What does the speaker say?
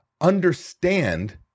understand